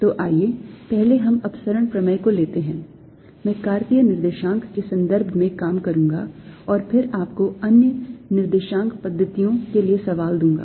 तो आइए पहले हम अपसरण प्रमेय को लेते हैं मैं कार्तीय निर्देशांक के संदर्भ में काम करूंगा और फिर आपको अन्य निर्देशांक पद्धतियों के लिए सवाल दूंगा